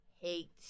hate